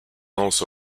also